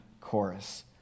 chorus